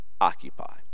occupy